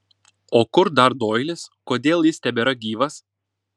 o kur dar doilis kodėl jis tebėra gyvas